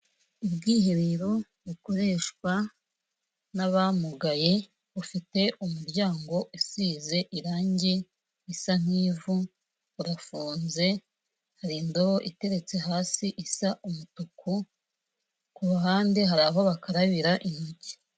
Ubwiherero bukoreshwa n'abamugaye ufite umuryango usize irangi risa nk'ivu, urafunze hari indobo iteretse hasi isa umutuku ku ruhande hari aho bakarabira intoki.